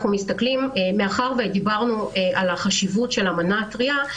מאחר ודיברנו על החשיבות של המנה הטרייה,